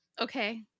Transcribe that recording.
Okay